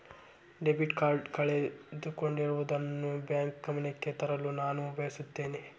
debit card ಕಳೆದುಕೊಂಡಿರುವುದನ್ನು bank ಗಮನಕ್ಕೆ ತರಲು ನಾನು ಬಯಸುತ್ತೇನೆ